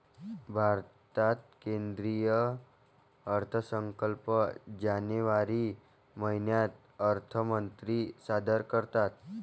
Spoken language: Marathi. भारतात केंद्रीय अर्थसंकल्प जानेवारी महिन्यात अर्थमंत्री सादर करतात